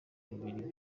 bibiri